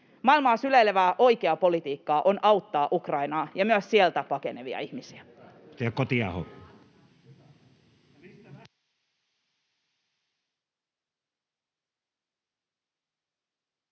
Maailmaa syleilevää, oikeaa politiikkaa on auttaa Ukrainaa ja myös sieltä pakenevia ihmisiä.